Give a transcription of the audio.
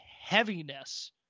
heaviness